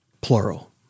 plural